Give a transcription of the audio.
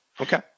okay